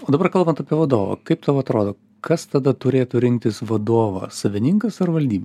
o dabar kalbant apie vadovą kaip tau atrodo kas tada turėtų rinktis vadovą savininkas ar valdyba